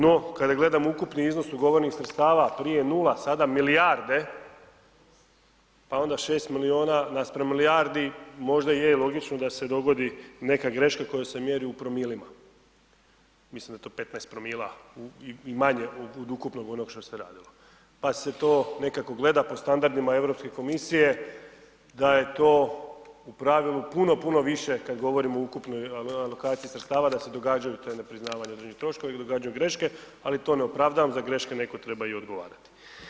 No, kada gledamo ukupni iznos ugovorenih sredstava prije 0, sada milijarde, pa onda 6 milijona naspram milijardi možda je logično da se dogodi neka greška koja se mjeri u promilima mislim da je to 15 promila i manje od ukupnog onog što se radilo pa se to nekako gleda po standardima Europske komisije da je u to pravilu puno, puno više kad govorimo o ukupnoj alokaciji sredstava da se događa to nepriznavanje određenih troškova ili događaju greške ali to ne opravdava, za greške netko treba i odgovarati.